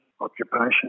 occupation